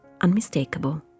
unmistakable